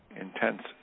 intense